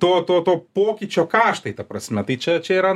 to to to pokyčio kaštai ta prasme tai čia čia yra